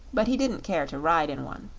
but he didn't care to ride in one.